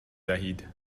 دهید